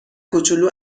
کوچولو